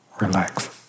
relax